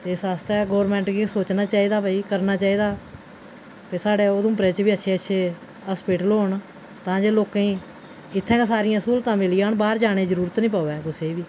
इस आस्तै गवर्मैंट गी सोचना चाहिदा ते एह्दा भाइ करना चाहिदा ते साढ़े उघमपुरै च बी अच्छे अच्छे हास्पिटल होन तां के लोकें गी इत्थै गै सारियां स्हूलतां मिली जान बाह्र जाने दी जरूरत नेईं पवै